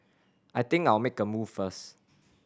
I think I'll make a move first